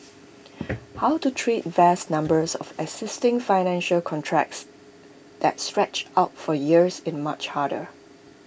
how to treat vast numbers of existing financial contracts that stretch out for years is much harder